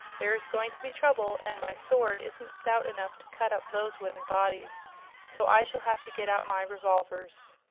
there's going to be trouble, and my sword isn't stout enough to cut up those wooden bodies so i shall have to get out my revolvers.